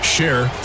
Share